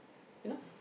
you know